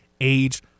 age